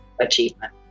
achievement